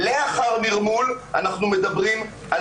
לאחר נרמול אנחנו מדברים על